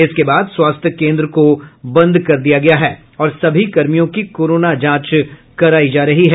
इसके बाद स्वास्थ्य केन्द्र को बंद कर दिया गया है और सभी कर्मियों की कोरोना जांच करायी जा रही है